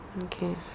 Okay